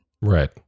Right